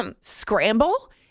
scramble